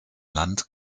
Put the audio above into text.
land